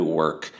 work